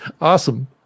Awesome